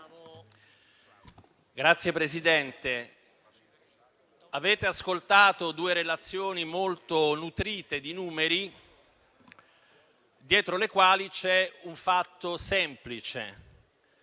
Signora Presidente, abbiamo ascoltato due relazioni molto nutrite di numeri, dietro le quali c'è un fatto semplice: